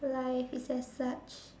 life is as such